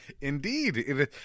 Indeed